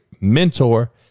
mentor